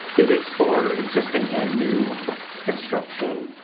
it is for existing and new construction.